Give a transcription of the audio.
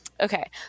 Okay